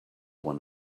one